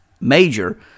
major